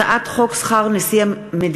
הצעת חוק רואי-חשבון (תיקון,